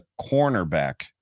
cornerback